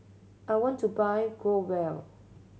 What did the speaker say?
I want to buy Growell